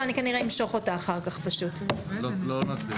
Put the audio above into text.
תודה רבה.